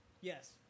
yes